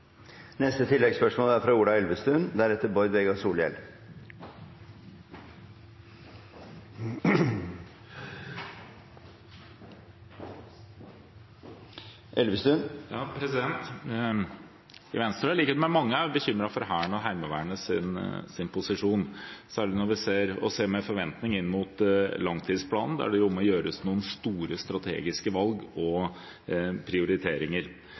Ola Elvestuen – til oppfølgingsspørsmål. Venstre er, i likhet med mange her, bekymret for Hærens og Heimevernets posisjon, og ser med forventning fram mot langtidsplanen, der det må gjøres noen store strategiske valg og prioriteringer.